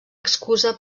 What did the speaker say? excusa